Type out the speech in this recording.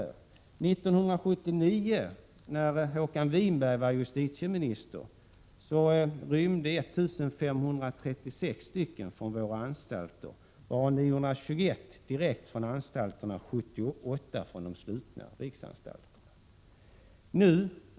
År 1979, när Håkan Winberg var justitieminister, rymde 1 536 stycken från våra anstalter, varav 921 direkt från anstalterna. 78 rymde från de slutna riksanstalterna.